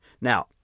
Now